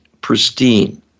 pristine